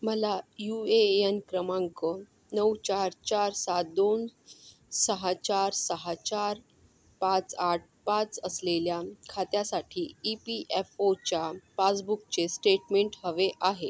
मला U A N क्रमांक नऊ चार चार सात दोन सहा चार सहा चार पाच आठ पाच असलेल्या खात्यासाठी ई पी एफ ओच्या पासबुकचे स्टेटमेंट हवे आहे